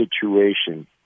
situation